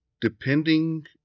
depending